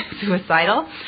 suicidal